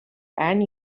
and